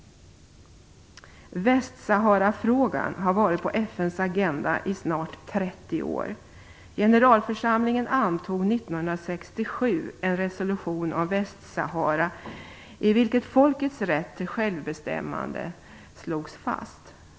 Västsaharafrågan har varit på FN:s agenda i snart 30 år. Generalförsamlingen antog 1967 en resolution om Västsahara i vilken folkets rätt till självbestämmande slogs fast.